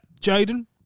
Jaden